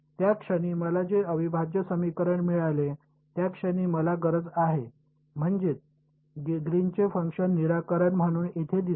ज्या क्षणी मला हे अविभाज्य समीकरण मिळाले त्या क्षणाची मला गरज आहे म्हणजे ग्रीनचे फंक्शन निराकरण म्हणून तेथे दिसेल